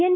N